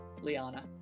Liana